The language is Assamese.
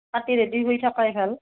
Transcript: কাটি ৰেডি হৈ থকাই ভাল